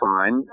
fine